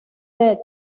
dade